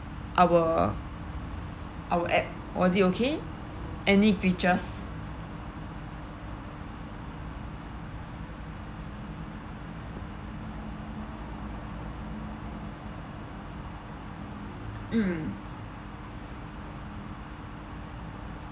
our our app was it okay any glitches mm